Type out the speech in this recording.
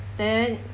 then